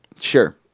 Sure